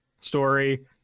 story